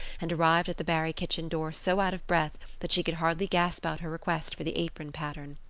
and arrived at the barry kitchen door so out of breath that she could hardly gasp out her request for the apron pattern.